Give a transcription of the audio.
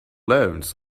lawns